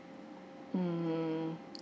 mm